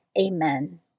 Amen